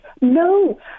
no